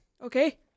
okay